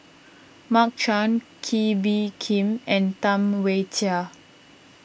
Mark Chan Kee Bee Khim and Tam Wai Jia